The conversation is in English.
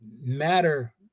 matter